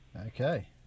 Okay